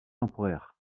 temporaires